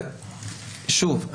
שוב,